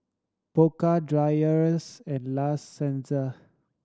Pokka Dreyers and La Senza